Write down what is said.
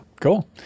Cool